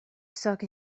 suck